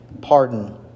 pardon